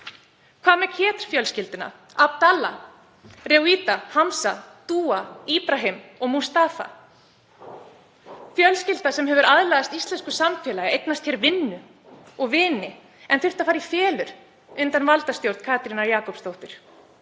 Hvað með Kehdr-fjölskylduna, Abdalla, Rewida, Hamza, Dooa, Ibrahim og Mustafa, fjölskyldu sem hefur aðlagast íslensku samfélagi, eignast hér vinnu og vini en þurfti að fara í felur undir valdastjórn Katrínar Jakobsdóttur.